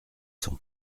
son